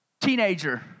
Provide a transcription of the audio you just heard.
teenager